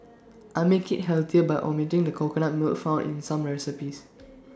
I make IT healthier by omitting the coconut milk found in some recipes